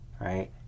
right